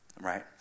right